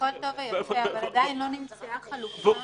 ידרוש המפעיל ממקבל השירות הצהרה בחתימת מקור,